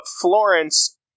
florence